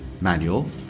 manual